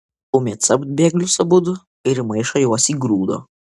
laumė capt bėglius abudu ir į maišą juos įgrūdo